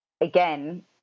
Again